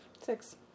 Six